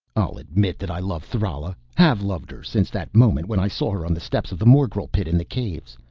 i'll admit that i love thrala have loved her since that moment when i saw her on the steps of the morgel pit in the caves.